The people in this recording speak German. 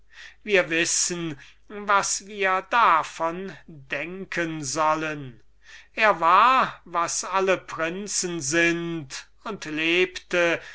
wir wissen was wir davon denken sollen er war was alle prinzen sind und lebte